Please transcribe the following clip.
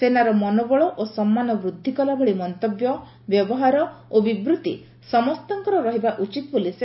ସେନାର ମନୋବଳ ଓ ସମ୍ମାନ ବୃଦ୍ଧି କଲା ଭଳି ମନ୍ତବ୍ୟ ବ୍ୟବହାର ଓ ବିବୃଭି ସମସ୍ତଙ୍କର ରହିବା ଉଚିତ ବୋଲି ସେ କହିଛନ୍ତି